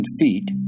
feet